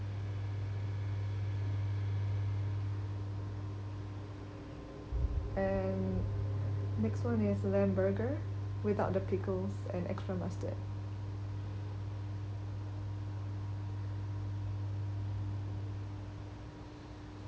and next one is lamb burger without the pickles and extra mustard